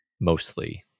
mostly